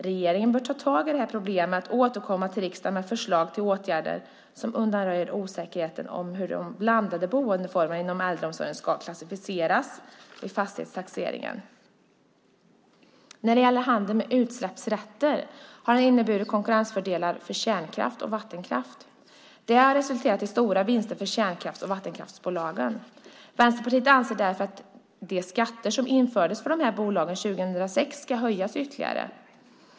Regeringen bör ta tag i detta problem och återkomma till riksdagen med förslag till åtgärder som undanröjer osäkerheten om hur de blandade boendeformerna inom äldreomsorgen ska klassificeras vid fastighetstaxeringen. Handeln med utsläppsrätter har inneburit konkurrensfördelar för kärnkraft och vattenkraft. Det har resulterat i stora vinster för kärnkrafts och vattenkraftsbolagen. Vänsterpartiet anser därför att de skatter som infördes för dessa bolag 2006 ska höjas ytterligare.